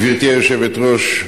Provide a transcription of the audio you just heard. גברתי היושבת-ראש,